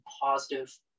positive